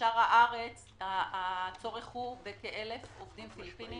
ובשאר הארץ הצורך הוא בכ-1,000 עובדים פיליפינים.